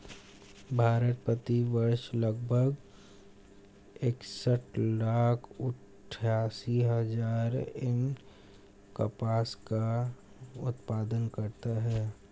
भारत, प्रति वर्ष लगभग इकसठ लाख अट्टठासी हजार टन कपास का उत्पादन करता है